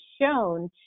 shown